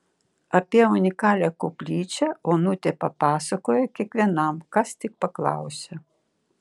apie unikalią koplyčią onutė papasakoja kiekvienam kas tik paklausia